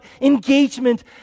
engagement